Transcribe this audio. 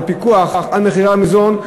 בפיקוח על מחירי המזון,